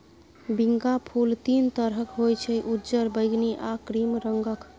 बिंका फुल तीन तरहक होइ छै उज्जर, बैगनी आ क्रीम रंगक